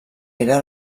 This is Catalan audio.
era